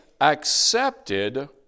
accepted